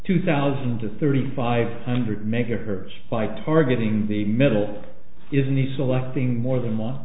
two thousand to thirty five hundred megahertz by targeting the middle isn't the selecting more th